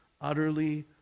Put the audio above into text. Utterly